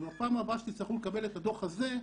שבפעם הבאה שתצטרכו לקבל את הדוח הזה,